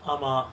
ஆமா:aama